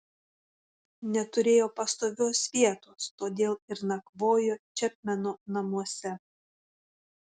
neturėjo pastovios vietos todėl ir nakvojo čepmeno namuose